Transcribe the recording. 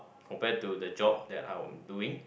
compare to the job that I was doing